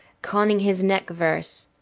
conning his neck-verse,